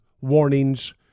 warnings